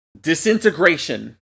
Disintegration